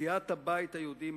סיעת הבית היהודי,